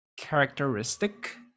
characteristic